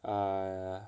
err